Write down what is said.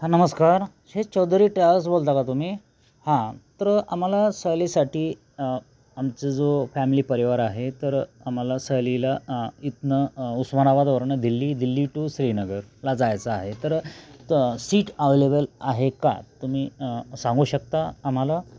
हां नमस्कार शेष चौधरी ट्रॅव्हल्स बोलता का तुम्ही हां तर आम्हाला सहलीसाठी आमचा जो फॅमिली परिवार आहे तर आम्हाला सहलीला इथनं उस्मानाबादवरनं दिल्ली दिल्ली टू श्रीनगरला जायचं आहे तर तर सीट अवलेबल आहे का तुम्ही सांगू शकता आम्हाला